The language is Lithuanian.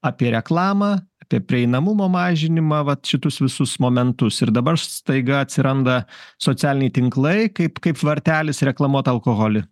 apie reklamą apie prieinamumo mažinimą vat šitus visus momentus ir dabar staiga atsiranda socialiniai tinklai kaip kaip vartelis reklamuot alkoholį